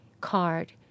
card